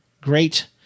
great